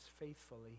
faithfully